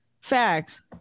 Facts